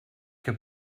que